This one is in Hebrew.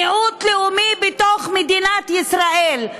מיעוט לאומי בתוך מדינת ישראל.